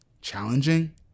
challenging